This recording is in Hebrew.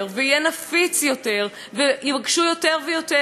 ויבקשו יותר ויותר להתרחק מאתנו.